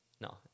no